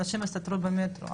אנשים הסתתרו במטרו.